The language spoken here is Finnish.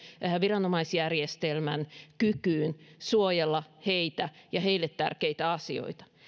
viranomaisjärjestelmän kykyyn suojella heitä ja heille tärkeitä asioita